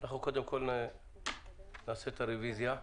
אנחנו, קודם קול, נעשה את הרוויזיה.